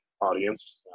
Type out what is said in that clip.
audience